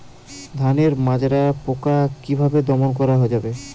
ধানের মাজরা পোকা কি ভাবে দমন করা যাবে?